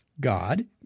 God